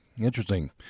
Interesting